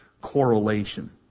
correlation